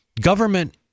government